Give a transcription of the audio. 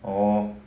orh